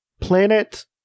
planet